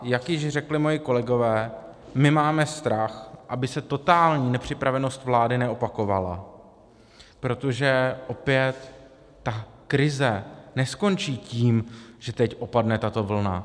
Jak již řekli moji kolegové, máme strach, aby se totální nepřipravenost vlády neopakovala, protože opět ta krize neskončí tím, že teď opadne tato vlna.